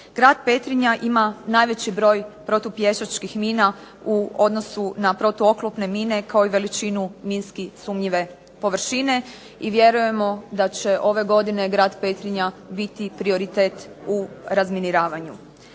Grad Petrinja ima najveći broj protupješačkih mina u odnosu na protuoklopne mine kao i veličinu minski sumnjive površine. I vjerujemo da će ove godine grad Petrinja biti prioritet u razminiravanju.